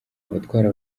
abatwara